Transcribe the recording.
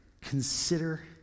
Consider